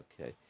Okay